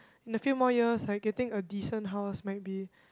in a few more years like getting a decent house might be